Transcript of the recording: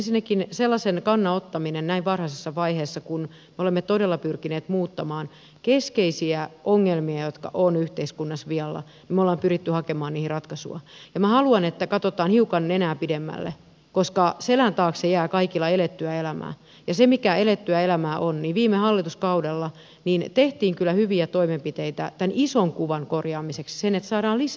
ensinnäkin sellaisen kannan ottaminen näin varhaisessa vaiheessa kun me olemme todella pyrkineet muuttamaan keskeisiä ongelmia jotka ovat yhteiskunnassa vialla ja me olemme pyrkineet hakemaan niihin ratkaisua minä haluan että katsotaan hiukan nenää pidemmälle koska selän taakse jää kaikilla elettyä elämää ja se mikä elettyä elämää on on se että viime hallituskaudella tehtiin kyllä hyviä toimenpiteitä tämän ison kuvan korjaamiseksi sen suhteen että saadaan lisää asuntoja